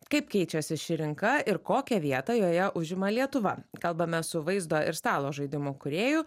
kaip keičiasi ši rinka ir kokią vietą joje užima lietuva kalbame su vaizdo ir stalo žaidimų kūrėju